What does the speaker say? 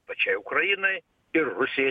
pačiai ukrainai ir rusijai